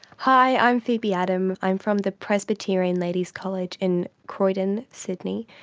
hi, i'm phoebe adam, i'm from the presbyterian ladies college in croydon, sydney,